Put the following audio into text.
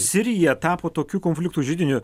sirija tapo tokiu konfliktų židiniu